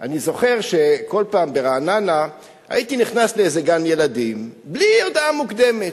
אני זוכר שכל פעם ברעננה הייתי נכנס לאיזה גן-ילדים בלי הודעה מוקדמת.